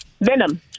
Venom